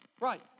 Right